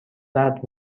درد